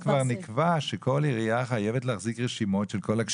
כבר נקבע שכל עירייה חייבת להחזיק רשימות של כל הנכים,